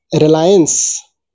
Reliance